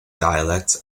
dialects